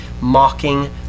mocking